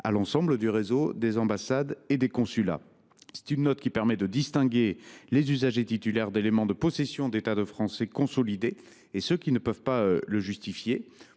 à l’ensemble du réseau des ambassades et des consulats. Cette note distingue les usagers titulaires d’éléments de possession d’état de Français consolidée et ceux qui ne peuvent en justifier.